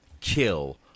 kill